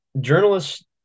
journalists